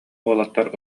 уолаттар